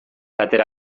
atera